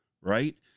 right